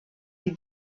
die